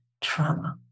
trauma